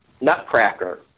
Nutcracker